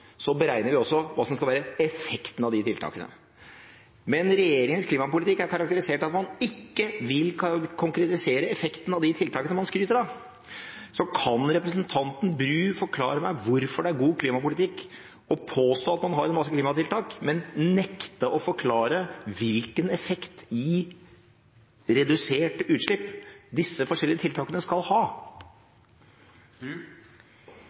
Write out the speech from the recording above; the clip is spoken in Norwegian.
vi beregner hva som skal være effekten av tiltakene – at regjeringens klimapolitikk er karakterisert av at man ikke vil konkretisere effekten av de tiltakene man skryter av. Kan representanten Bru forklare meg hvorfor det er god klimapolitikk å påstå at man har en masse klimatiltak, men nekte å forklare hvilken effekt i reduserte utslipp disse forskjellige tiltakene skal ha?